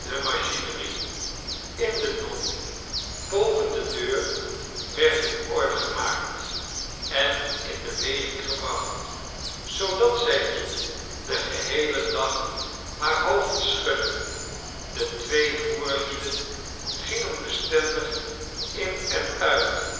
in de non boven de deur werd in orde gemaakt en in beweging gebracht zoodat zij nu den geheelen dag haar hoofd schudde de twee voerlieden gingen bestendig in en uit